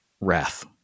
wrath